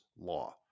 Law